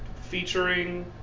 Featuring